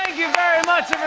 you very much,